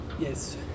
Yes